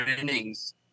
innings